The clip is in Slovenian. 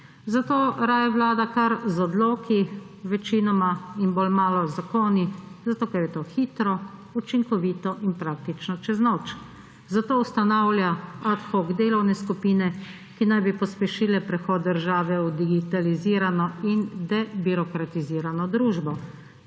Zato raje vlada kar z odloki, večinoma, in bolj malo z zakoni, zato ker je to hitro, učinkovito in praktično čez noč. Zato ustanavlja ad hoc delovne skupine, ki naj bi pospešile prehod države v digitalizirano in debirokratizirano družbo.